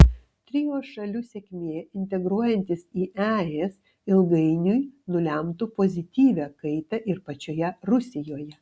trio šalių sėkmė integruojantis į es ilgainiui nulemtų pozityvią kaitą ir pačioje rusijoje